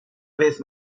vez